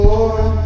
Lord